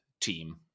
team